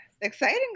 Exciting